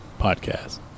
podcast